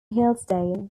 hillsdale